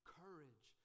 courage